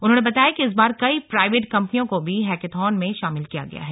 उन्होंने बताया कि इस बार कई प्राइवेट कम्पनियों को भी हैकाथन में शामिल किया गया है